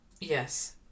Yes